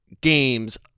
games